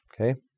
Okay